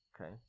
Okay